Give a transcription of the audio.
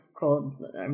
called